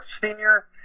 senior